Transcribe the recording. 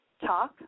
talk